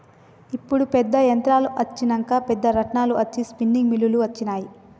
ఇప్పుడు పెద్ద యంత్రాలు అచ్చినంక పెద్ద రాట్నాలు అచ్చి స్పిన్నింగ్ మిల్లులు అచ్చినాయి